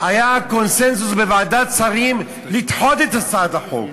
היה קונסנזוס בוועדת השרים לדחות את הצעת החוק.